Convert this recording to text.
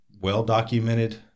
well-documented